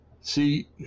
See